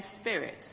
Spirit